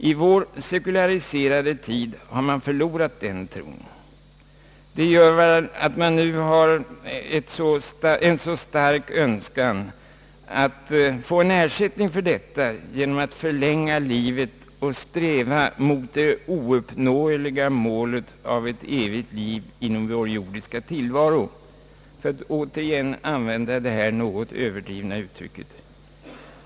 I vår sekulariserade tid har man förlorat den tron, Detta ligger säkert bakom det förhållandet att man nu har en så stark önskan att få en ersättning för denna förlorade tro genom att förlänga livet så långt som möjligt och sträva mot det ouppnåeliga målet av ett evigt liv inom vår jordiska tillvaro, för att återigen använda detta något tillspetsade utiryck.